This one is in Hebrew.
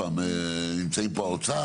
נמצאים פה האוצר.